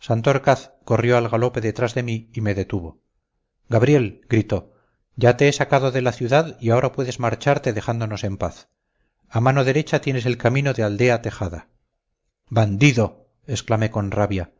santorcaz corrió al galope detrás de mí y me detuvo gabriel gritó ya te he sacado de la ciudad y ahora puedes marcharte dejándonos en paz a mano derecha tienes el camino de aldea tejada bandido exclamé con rabia